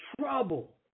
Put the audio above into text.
trouble